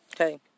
Okay